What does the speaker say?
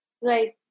right